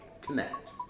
Connect